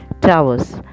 towers